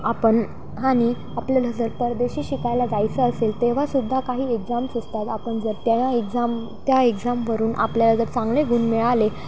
आपण आणि आपल्याला जर परदेशी शिकायला जायचं असेल तेव्हासुद्धा काही एक्झाम्स असतात आपण जर त्या एक्झाम त्या एक्झामवरून आपल्याला जर चांगले गुण मिळाले